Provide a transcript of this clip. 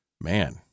Man